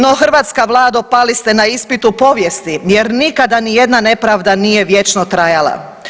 No hrvatska Vlado pali ste na ispitu povijesti, jer nikada ni jedna nepravda nije vječno trajala.